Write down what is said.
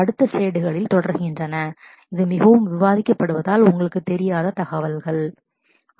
அடுத்து ஸ்லைடுகளின் slides தொடர்கின்றன இது மிகவும் விவாதிக்க படுவதால் உங்களுக்குத் தெரியாத தகவல்கள் informations